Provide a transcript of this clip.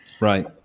Right